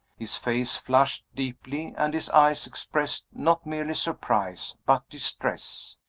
his face flushed deeply, and his eyes expressed, not merely surprise, but distress.